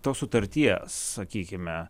tos sutarties sakykime